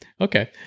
Okay